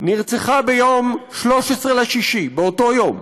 נרצחה ביום 13 ביוני, באותו יום,